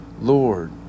Lord